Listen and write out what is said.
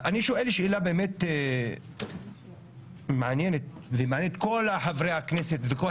אני שואל שאלה באמת מעניינת את כל חברי הכנסת ואת כל